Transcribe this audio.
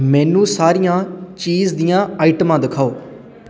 ਮੈਨੂੰ ਸਾਰੀਆਂ ਚੀਜ਼ ਦੀਆਂ ਆਈਟਮਾਂ ਦਿਖਾਓ